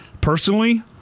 Personally